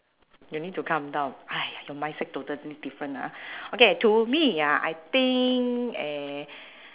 you need to calm down !hais! your mindset totally different ah okay to me ah I think eh